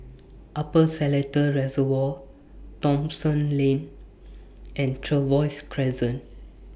Upper Seletar Reservoir Thomson Lane and Trevose Crescent